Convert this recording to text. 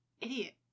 Idiot